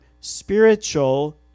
spiritual